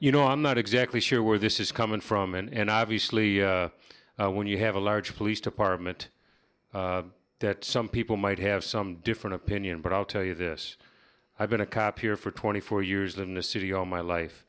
you know i'm not exactly sure where this is coming from and obviously when you have a large police department that some people might have some different opinion but i'll tell you this i've been a cop here for twenty four years in the city all my life